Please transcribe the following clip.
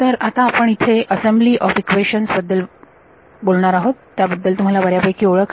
तर आता आपण इथे असेंबली ऑफ इक्वेशन बद्दल करणार आहोत त्याबद्दल तुम्हाला बऱ्यापैकी ओळख आहे